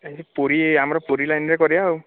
ଏଇ ପୁରୀ ଆମର ପୁରୀ ଲାଇନ୍ରେ କରିବା ଆଉ